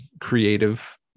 creative